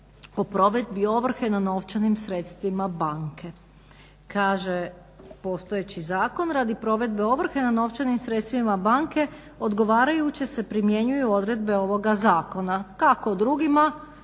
o provedbi ovrhe na novčanim sredstvima banke. Kaže postojeći zakon radi provedbe ovrhe na novčanim sredstvima banke odgovarajuće se primjenjuju odredbe ovoga zakona. Kako drugima